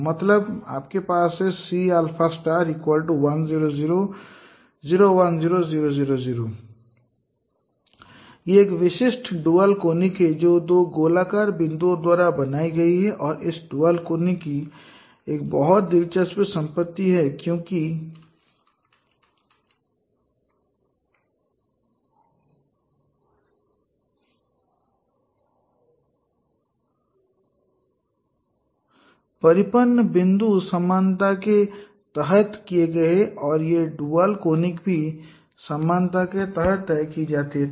मतलब आपके पास है Cα1 0 0 0 1 0 0 0 0 यह एक विशिष्ट ड्यूल कोनिक है जो दो गोलाकार बिंदुओं द्वारा बनाई गई है और इस ड्यूल कोनिक की एक बहुत ही दिलचस्प संपत्ति है क्योंकि परिपत्र बिंदु समानता के तहत तय किए गए हैं यह ड्यूल कोनिक भी समानता के तहत तय की जाती है